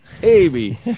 baby